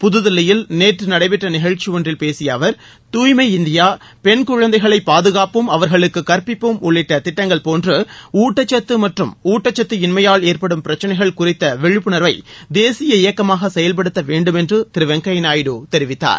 புதுதில்லியில் நேற்று நடைபெற்ற நிகழ்ச்சி ஒன்றில் பேசிய அவர் தூய்ஸம இந்தியா பெண்குழந்தைகளை பாதுகாப்போம் அவர்களுக்கு கற்பிப்போம் உள்ளிட்ட திட்டங்கள் போன்று ஊட்டச்சத்து மற்றும் ஊட்டச்சத்து இன்மையால் ஏற்படும் பிரச்சினைகள் குறித்த விழிப்புணர்வை தேசிய இயக்கமாக செயல்படுத்த வேண்டும் என்று திரு வெங்கைய்யா நாயுடு தெரிவித்தார்